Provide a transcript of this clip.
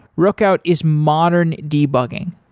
rookout is modern debugging.